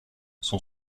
son